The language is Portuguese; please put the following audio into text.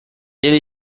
ele